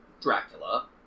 Dracula